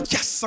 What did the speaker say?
Yes